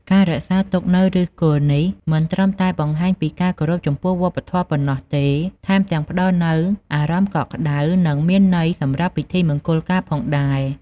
ការរក្សាទុកនូវឫសគល់នេះ មិនត្រឹមតែបង្ហាញពីការគោរពចំពោះវប្បធម៌ប៉ុណ្ណោះទេ ថែមទាំងផ្តល់នូវអារម្មណ៍កក់ក្តៅ និងមានន័យសម្រាប់ពិធីមង្គលការផងដែរ។